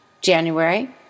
January